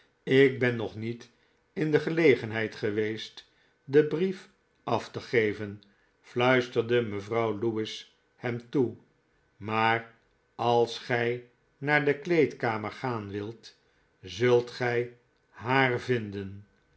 ik ben nog niet in de gelegenheid geweest den brief af te geven fluisterde mevrouw lewis hem toe maar als gij naar de kleedkamer gaan wilt zult gij haa vinden